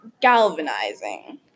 galvanizing